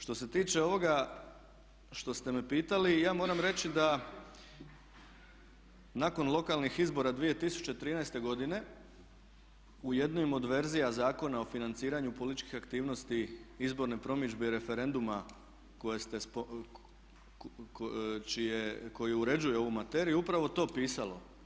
Što se tiče ovoga što ste me pitali, ja moram reći da nakon lokalnih izbora 2013. godine u jednim od verzija Zakona o financiranju političkih aktivnosti, izborne promidžbe, referenduma koji uređuje ovu materiju upravo to pisalo.